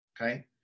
okay